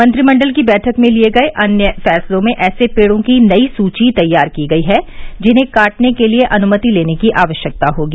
मंत्रिमण्डल की बैठक में लिये गये अन्य फैसलों में ऐसे पेड़ों की नयी सूची तैयार की गयी है जिन्हें काटने के लिये अनुमति लेने की आवश्यकता होगी